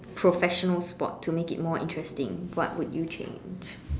professional sport to make it more interesting what would you change